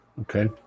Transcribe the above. Okay